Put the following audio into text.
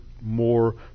more